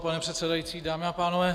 Pane předsedající, dámy a pánové.